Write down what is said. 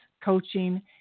coaching